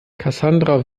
cassandra